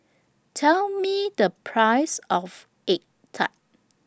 Tell Me The Price of Egg Tart